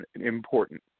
important